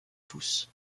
tous